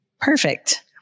Perfect